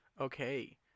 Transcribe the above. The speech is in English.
Okay